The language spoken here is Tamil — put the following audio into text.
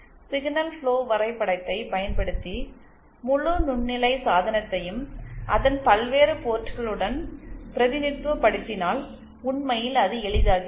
சிக்னல் ஃபுளோ வரைபடத்தைப் பயன்படுத்தி முழு நுண்ணலை சாதனத்தையும் அதன் பல்வேறு போர்ட்களுடன் பிரதிநிதித்துவப்படுத்தினால் உண்மையில் அது எளிதாகிறது